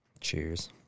Cheers